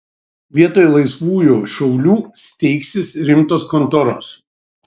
vietoj laisvųjų šaulių steigsis rimtos kontoros